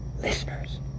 Listeners